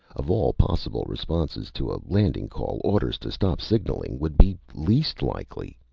of all possible responses to a landing call, orders to stop signaling would be least likely.